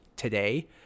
Today